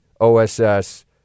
OSS